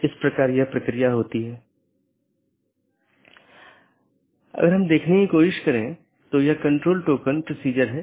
तो इसका मतलब यह है कि यह प्रतिक्रिया नहीं दे रहा है या कुछ अन्य त्रुटि स्थिति उत्पन्न हो रही है